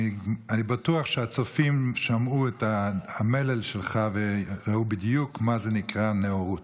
אני בטוח שהצופים שמעו את המלל שלך וראו בדיוק מה זה נקרא נאורות.